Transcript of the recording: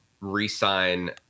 re-sign